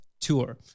tour